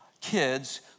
kids